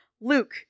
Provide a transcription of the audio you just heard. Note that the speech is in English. Luke